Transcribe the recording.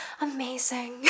amazing